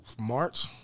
March